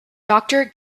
doctor